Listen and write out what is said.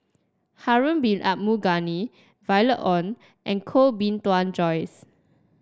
Harun Bin Abdul Ghani Violet Oon and Koh Bee Tuan Joyce